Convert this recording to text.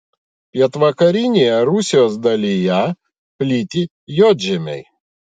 pietvakarinėje rusijos dalyje plyti juodžemiai